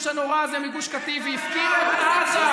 הנורא הזה מגוש קטיף והפקיר את עזה,